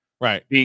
Right